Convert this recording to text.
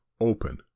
open